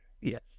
Yes